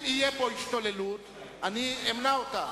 אם תהיה פה השתוללות אני אמנע אותה.